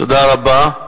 תודה רבה.